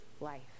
life